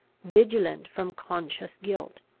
vigilant from conscious guilt,